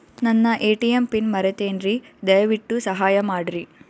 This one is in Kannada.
ನನ್ನ ಎ.ಟಿ.ಎಂ ಪಿನ್ ಮರೆತೇನ್ರೀ, ದಯವಿಟ್ಟು ಸಹಾಯ ಮಾಡ್ರಿ